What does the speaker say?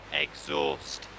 Exhaust